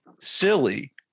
silly